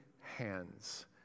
hands